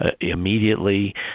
immediately